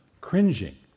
cringing